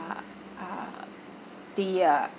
uh the uh